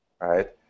right